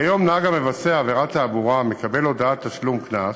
כיום נהג שעשה עבירת תעבורה מקבל הודעת תשלום קנס